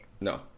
No